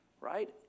right